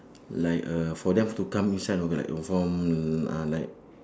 like uh for them to come inside a bit like from uh like